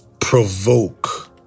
provoke